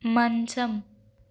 మంచం